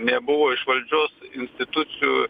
nebuvo iš valdžios institucijų